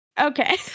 Okay